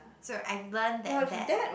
so I learnt that that